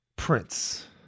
Prince